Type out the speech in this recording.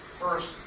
first